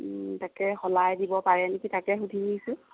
তাকে সলাই দিব পাৰে নেকি তাকে সুধিছোঁ